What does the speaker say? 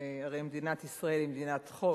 הרי מדינת ישראל היא מדינת חוק,